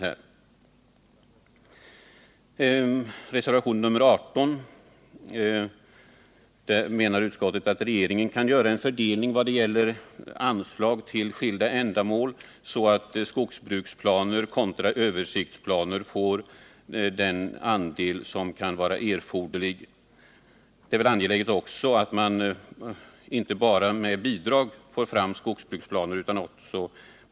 Reservationen 18 gäller bidragsramen till skogsbruksplaner. Där menar utskottet att regeringen kan göra en fördelning vad gäller anslag till skilda ändamål, så att skogsbruksplaner får erforderlig andel i förhållande till översiktsplaner. Det är angeläget att man inte bara får fram skogsbruksplaner med bidrag.